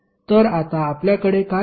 तर आता आपल्याकडे काय आहे